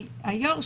היו"ר,